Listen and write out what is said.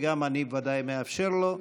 וגם אני ודאי מאפשר לו.